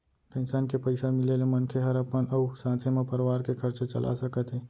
pension के पइसा मिले ले मनखे हर अपन अउ साथे म परवार के खरचा चला सकत हे